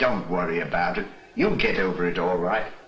don't worry about it you'll get over it all right